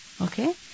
Okay